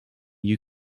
you